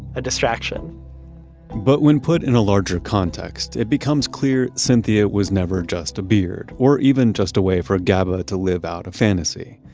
a distraction but when put in a larger context, it becomes clear, cynthia was never just a beard or even just a way for gaba to live out a fantasy.